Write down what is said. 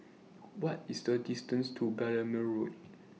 What IS The distance to Balmoral Road